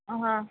ಹಾಂ